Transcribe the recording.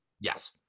Yes